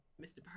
Mr